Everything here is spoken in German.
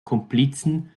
komplizen